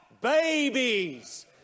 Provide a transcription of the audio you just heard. Babies